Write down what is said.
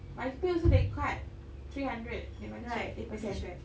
my pay also get cut three hundred they minus eight percent